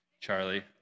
Charlie